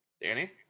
Danny